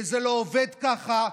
וזה לא עובד ככה,